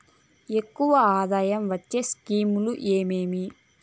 ఎక్కువగా ఆదాయం వచ్చే స్కీమ్ లు ఏమేమీ?